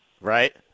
right